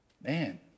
Man